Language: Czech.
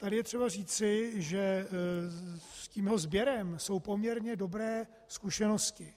Tady je třeba říci, že s jeho sběrem jsou poměrně dobré zkušenosti.